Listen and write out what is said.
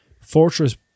Fortress